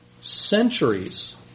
centuries